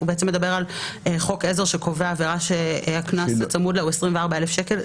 הוא בעצם מדבר על חוק עזר שקובע עבירה שהקנס הצמוד לה הוא 24,000 שקלים.